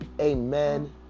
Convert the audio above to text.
amen